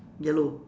yellow